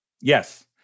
Yes